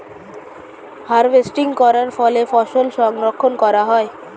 harvesting করার পরে ফসল সংরক্ষণ করা হয়